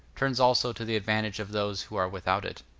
turns also to the advantage of those who are without it.